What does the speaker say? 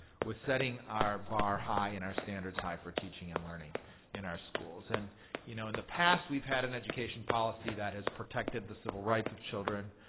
with setting our bar high and our standards high for teaching and learning in our schools. and you know in the past, we've had an education policy that has protected the civil rights of children,